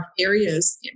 areas